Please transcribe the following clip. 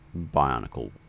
Bionicle